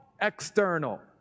external